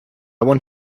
want